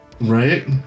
Right